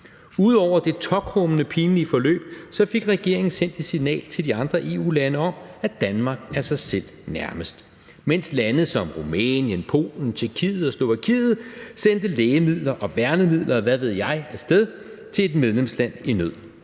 Ud over det tåkrummende pinlige forløb, fik regering sendt et signal til de andre EU-lande om, at Danmark er sig selv nærmest, mens lande som Rumænien, Polen, Tjekkiet og Slovakiet sendte lægemidler og værnemidler, og hvad ved jeg, af sted til et medlemsland i nød.